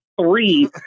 three